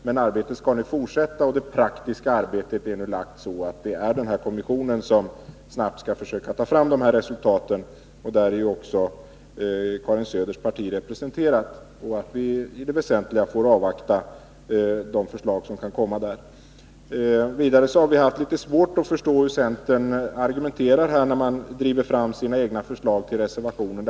Men arbetet skall nu fortsätta, och det praktiska arbetet är lagt så att det är kommissionen som snabbt skall försöka ta fram resultat. I denna är ju också Karin Söders parti representerat. I allt väsentligt får vi alltså avvakta de förslag som kan komma därifrån. Vidare har vi haft litet svårt att förstå hur centern argumenterar när man driver fram sina egna förslag till reservationer.